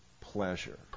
pleasure